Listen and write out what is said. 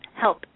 help